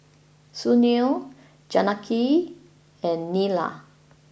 Sunil Janaki and Neila